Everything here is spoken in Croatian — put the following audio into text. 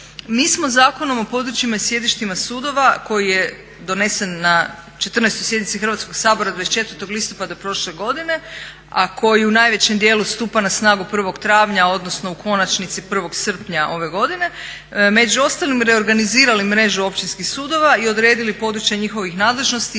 Mi smo Zakonom o područjima i sjedištima sudova koji je donesen na 14. sjednici Hrvatskog sabora 24. listopada prošle godine, a koji u najvećem dijelu stupa na snagu 1. travnja, odnosno u konačnici 1. srpnja ove godine, među ostalim reorganizirali mrežu općinskih sudova i odredili područja njihovih nadležnosti